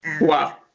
Wow